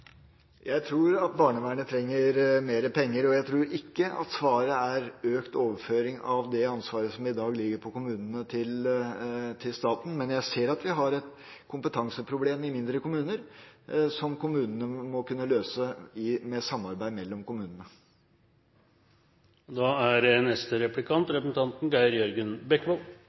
Jeg tror at barnevernet trenger mer penger. Jeg tror ikke at svaret er økt overføring av det ansvaret som i dag ligger på kommunene, til staten. Men jeg ser at vi har et kompetanseproblem i mindre kommuner, som kommunene må kunne løse i et samarbeid kommunene